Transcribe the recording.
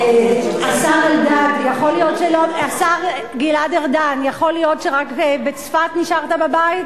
השר גלעד ארדן, יכול להיות שרק בצפת נשארת בבית?